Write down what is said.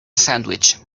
sandwich